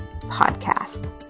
podcast